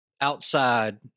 outside